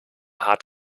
hart